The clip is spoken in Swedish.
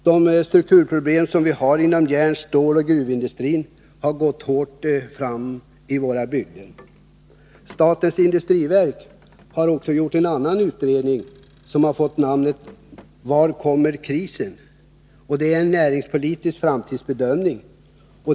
De strukturproblem vi har inom järn-, ståloch gruvindustrin har hårt drabbat våra bygder. Statens industriverk har också gjort en annan utredning som fått namnet ”Var kommer krisen”. Det är en näringspolitisk framtidsbedömning.